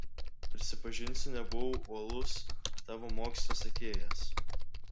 prisipažinsiu nebuvau uolus tavo mokslo sekėjas